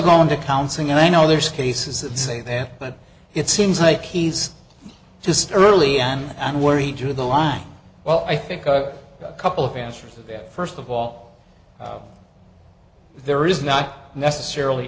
going to counseling and i know there's cases that say that but it seems like he's just early on and where he drew the line well i think a couple of answers to that first of all there is not necessarily